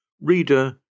Reader